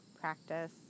practice